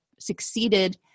succeeded